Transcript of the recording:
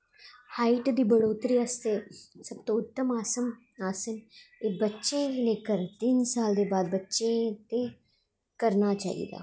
height दी बढ़ोतरी आस्तै सब तो उत्तम आसन अस बच्चे ऐल्ली करदे न तिन्न साल दे बाद बच्चे करना चाहिदा